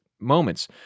moments